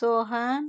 Sohan